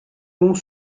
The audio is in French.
pont